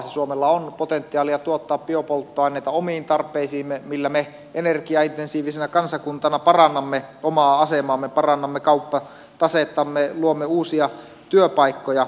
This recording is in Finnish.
suomella on potentiaalia tuottaa biopolttoaineita omiin tarpeisiimme millä me energiaintensiivisenä kansakuntana parannamme omaa asemaamme parannamme kauppatasettamme luomme uusia työpaikkoja